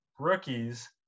Rookies